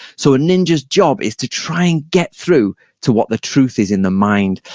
so a ninja's job is to try and get through to what the truth is in the mind.